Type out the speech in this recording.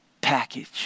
package